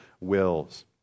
wills